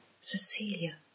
Cecilia